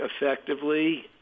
effectively